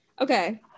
okay